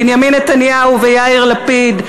בנימין נתניהו ויאיר לפיד,